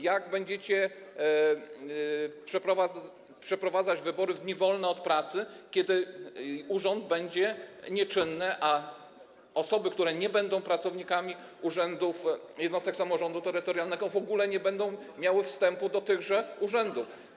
Jak będziecie przeprowadzać wybory w dni wolne od pracy, kiedy urząd będzie nieczynny, a osoby, które nie będą pracownikami urzędów jednostek samorządu terytorialnego, w ogóle nie będą miały wstępu do tychże urzędów?